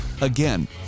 again